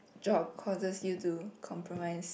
job causes you to compromise